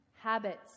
Habits